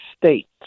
states